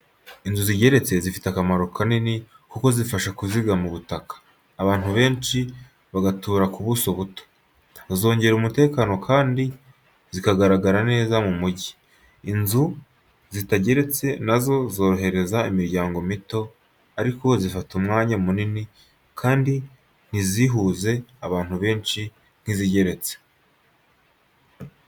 Inzu zigeretse zifite akamaro kanini kuko zifasha kuzigama ubutaka, abantu benshi bagatura ku buso buto. Zongera umutekano kandi zikagaragara neza mu mujyi. Inzu zitageretse na zo zorohereza imiryango mito, ariko zifata umwanya munini kandi ntizihuze abantu benshi nk’izigeretse.